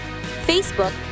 Facebook